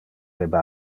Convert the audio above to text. debe